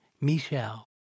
Michelle